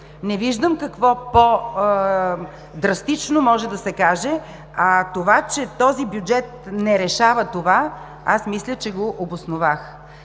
Не виждам какво по-драстично може да се каже. А това, че този бюджет не решава това, мисля, че го обосновах.